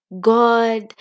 god